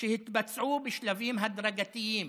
שהתבצעו בשלבים הדרגתיים: